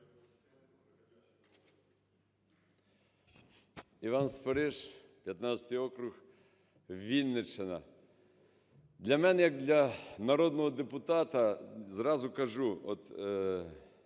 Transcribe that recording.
Іван Спориш, 15-й округ, Вінниччина. Для мене як для народного депутата, зразу кажу, от